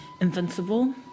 invincible